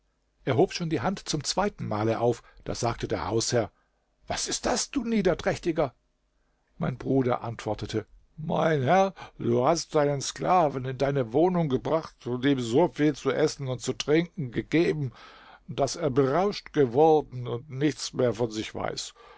er hob schon die hand zum zweiten male auf da sagte der hausherr was ist das du niederträchtiger mein bruder antwortete mein herr du hast deinen sklaven in deine wohnung gebracht und ihm so viel zu essen und zu trinken gegeben daß er berauscht worden und nichts mehr von sich weiß